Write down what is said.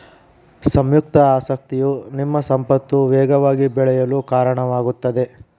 ಸಂಯುಕ್ತ ಆಸಕ್ತಿಯು ನಿಮ್ಮ ಸಂಪತ್ತು ವೇಗವಾಗಿ ಬೆಳೆಯಲು ಕಾರಣವಾಗುತ್ತದೆ